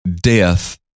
death